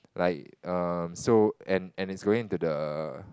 like um so and and it's going into the